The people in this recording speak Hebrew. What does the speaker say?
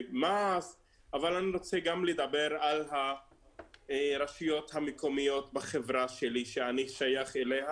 אני רוצה גם לדבר על הרשויות המקומיות בחברה שלי שאני שייך אליה.